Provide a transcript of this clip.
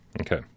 Okay